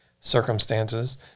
circumstances